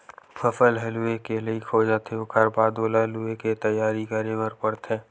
फसल ह लूए के लइक हो जाथे ओखर बाद ओला लुवे के तइयारी करे बर परथे